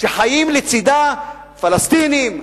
שחיים לצדה פלסטינים,